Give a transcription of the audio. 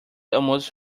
almost